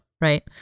Right